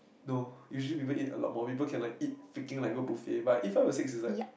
no usually people eat a lot while people can like eat picking like go buffet but eat five or six is that